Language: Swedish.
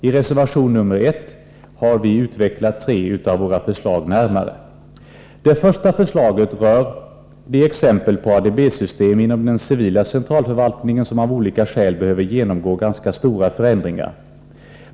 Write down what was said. I reservation 1 har vi utvecklat tre av våra förslag närmare. Det första förslaget rör de exempel på ADB-system inom den civila statsförvaltningen som av olika skäl behöver genomgå ganska stora förändringar.